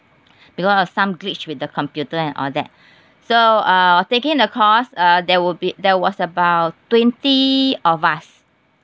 because of some glitch with the computer and all that so uh taking a course uh there will be there was about twenty of us